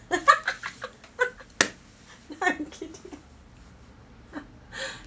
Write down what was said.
I'm kidding